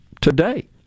today